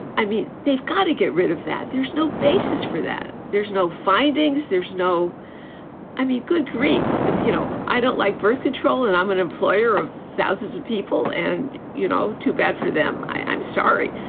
i mean, they've got to get rid of that. there's no basis for that. there's no findings. there's no i mean, good grief. if, you know, i don't like birth control and i'm an employer of thousands of people and, you know, too bad for them. i'm sorry.